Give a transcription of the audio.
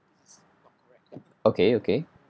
okay okay